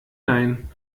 nein